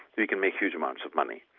you can make huge amounts of money.